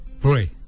pray